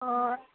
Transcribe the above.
অঁ